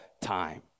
time